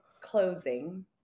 closing